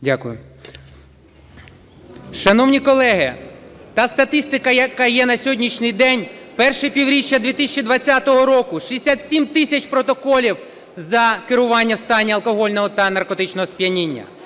Дякую. Шановні колеги! Та статистика, яка є на сьогоднішній день, перше півріччя 2020 року – 67 тисяч протоколів за керування в стані алкогольного та наркотичного сп'яніння,